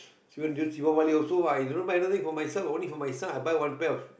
so during this Deepavali also i didn't buy anything for myself only for my son I buy one pair of